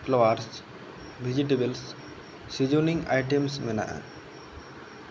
flowers vegetables seasoning items ᱢᱮᱱᱟᱜᱼᱟ